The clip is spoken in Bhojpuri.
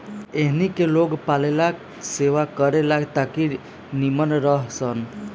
एहनी के लोग पालेला सेवा करे ला ताकि नीमन रह सन